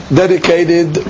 dedicated